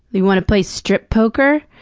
you wanna play strip poker?